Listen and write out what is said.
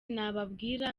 nababwira